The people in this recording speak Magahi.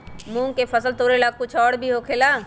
मूंग के फसल तोरेला कुछ और भी होखेला?